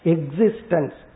Existence